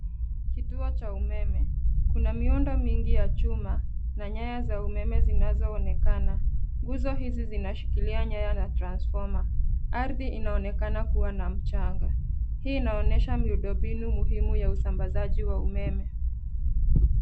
Kituo cha umeme kuna miundo ya chuma na nyaya za umeme zinazoonekana, nguzo hii zinashikilia nyaya na transforma. Ardhi inaonekana kuwa ya mchanga, hii inaonesha miundombinu muhimu ya usambazaji wa umeme.